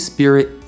Spirit